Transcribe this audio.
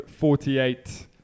48